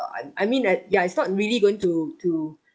I mean like ya it's not really going to to